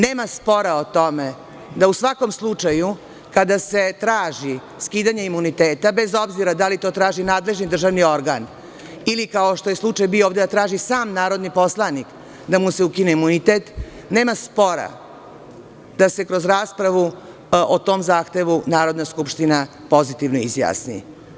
Nema spora o tome da se u svakom slučaju, kada se traži skidanje imuniteta, bez obzira da li to traži nadležni državni organ ili, kao što je slučaj bio ovde, traži sam narodni poslanik da mu se ukine imunitet, kroz raspravu o tom zahtevu Narodna skupština pozitivno izjasni.